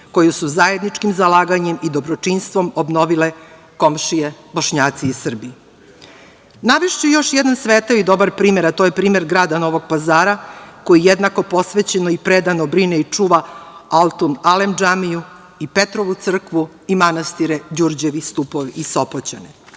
koju su zajedničkim zalaganjem i dobročinstvom obnovile komšije, Bošnjaci i Srbi. Navešću još jedan svetao i dobar primer, a to je primer grada Novog Pazara koji jednako posvećeno i predano brine i očuva Altun-alem džamiju i Petrovu crkvu i manastire Đurđevi stupovi i Sopoćani.